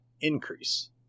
increase